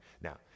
now